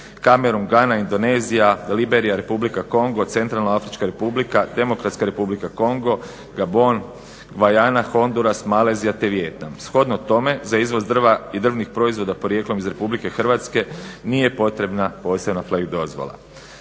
Kameron, Gana, Indonezija, Liberija, Republika Kongo, Centralna Afrička Republika, Demokratska Republika Kongo, Gabon, Gvajana, Honduras, Malezija te Vijetnam. Shodno tome za izvoz drva i drvnih proizvoda porijeklom iz Republike Hrvatske nije potrebna posebna FLEG dozvola.